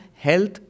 health